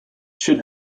should